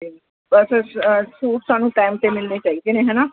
suit ਸਾਨੂੰ time 'ਤੇ ਮਿਲਣੇ ਚਾਹੀਦੇ ਨੇ ਹੈ ਨਾ